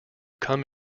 come